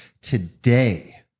today